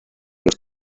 los